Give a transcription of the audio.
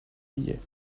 billets